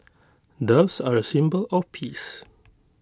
doves are A symbol of peace